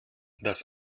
das